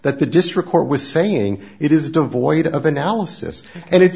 that the district court was saying it is devoid of analysis and it's